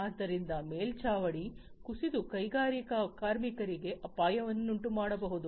ಆದ್ದರಿಂದ ಮೇಲ್ಚಾವಣಿ ಕುಸಿದು ಗಣಿಗಾರಿಕೆ ಕಾರ್ಮಿಕರಿಗೆ ಅಪಾಯವನ್ನುಂಟುಮಾಡಬಹುದು